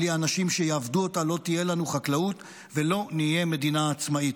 בלי האנשים שיעבדו אותה לא תהיה לנו חקלאות ולא נהיה מדינה עצמאית.